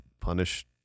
punish